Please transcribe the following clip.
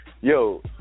Yo